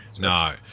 no